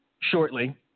shortly